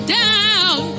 down